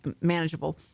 manageable